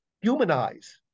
humanize